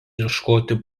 ieškoti